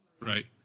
Right